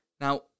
Now